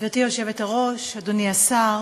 גברתי היושבת-ראש, אדוני השר,